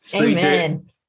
Amen